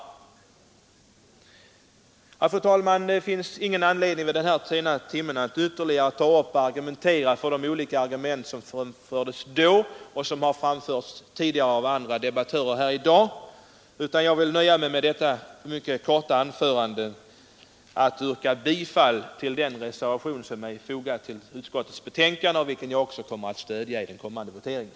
Jag har ingen anledning att vid den här sena timmen ytterligare argumentera för de olika ståndpunkter som framfördes då och som vi hört tidigare i dag av andra debattörer. Jag vill nöja mig med att efter detta mycket korta anförande yrka bifall till den reservation som är fogad till utskottets betänkande och vilken jag också kommer att stödja vid voteringen.